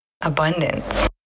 abundance